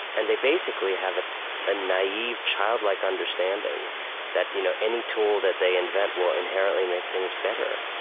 and they basically have a naive, childlike understanding that you know any tool that they invent will inherently make things better,